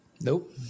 Nope